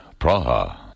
Praha